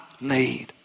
need